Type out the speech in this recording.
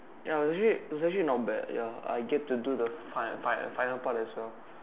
ya was actually it was actually not bad ya I get to do the fine fine final part as well